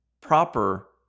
proper